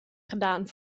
gedaan